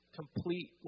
complete